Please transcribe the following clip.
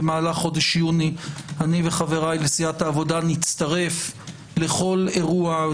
במהלך חודש יוני אני וחבריי לסיעת העבודה נצטרף לכל אירוע,